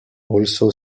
also